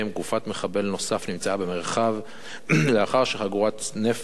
גופת מחבל נוסף נמצאה במרחב לאחר שחגורת נפץ